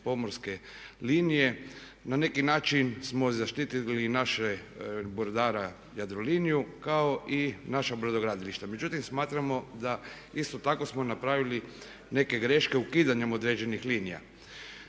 pomorske linije. Na neki način smo zaštitili i našeg brodara Jadroliniju kao i naša brodogradilišta. Međutim, smatramo da isto tako smo napravili neke greške ukidanjem određenih linija.